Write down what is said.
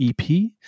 EP